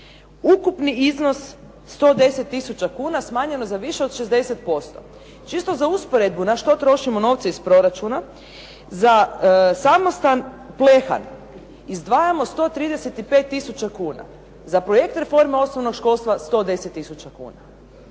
Ukupni iznos 110 tisuća kuna smanjeno je za više od 60%. Čisto za usporedbu na što trošimo novce iz proračuna. Za samostan Plehad izdvajamo 135 tisuća kuna, za projekt reforme osnovnog školstva 110 tisuća